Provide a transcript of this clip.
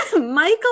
Michael